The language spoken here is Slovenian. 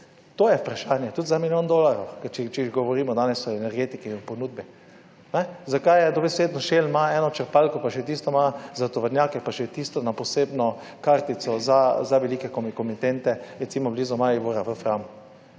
To je vprašanje tudi za milijon dolarjev, ker če že govorimo danes o energetiki in o ponudbi. Zakaj je dobesedno Shell eno črpalko, pa še tisto ima za tovornjake, pa še tisto na posebno kartico za velike komitente, recimo blizu Maribora, v Framu.